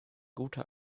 guter